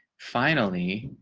finally,